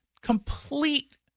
complete